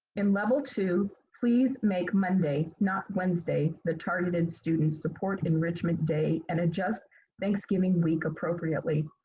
in level two, please make monday not wednesday the targeted student support enrichment day and adjust thanksgiving week appropriately.